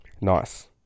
Nice